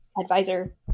advisor